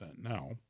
now